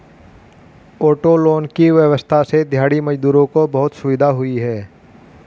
auto loan की व्यवस्था से दिहाड़ी मजदूरों को बहुत सुविधा हुई है